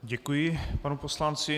Děkuji panu poslanci.